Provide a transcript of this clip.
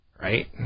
Right